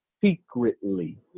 secretly